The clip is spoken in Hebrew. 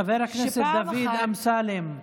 חבר הכנסת דוד אמסלם,